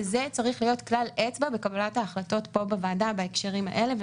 וזה צריך להיות כלל אצבע בקבלת ההחלטות פה בוועדה בהקשרים האלה.